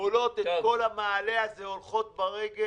עולות את כל המעלה הזה, הולכות ברגל.